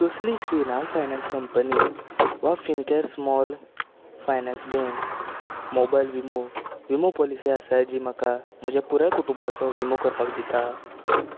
कसली Shri Ram finance company वा Fincare small finance bank mobile विमो विमो पॉलिसी आसाय जी म्हाका म्हज्या पुराय कुटुंबाचो विमो करपाक दिता